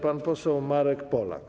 Pan poseł Marek Polak.